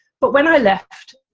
but when i left